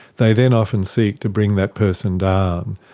they then often seek to bring that person down.